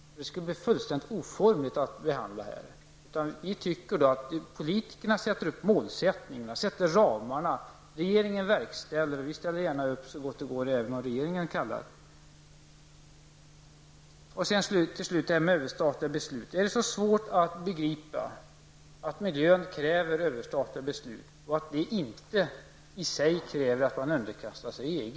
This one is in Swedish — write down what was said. Det skulle bli fullständigt oformligt att behandla här. Vi tycker att politikerna skall sätta upp mål och ramar. Regeringen verkställer, och vi ställer gärna upp så gott det går om regeringen kallar. Är det så svårt att begripa att miljön kräver överstatliga beslut, men att det inte i sig kräver att man underkastar sig EG?